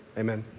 amen.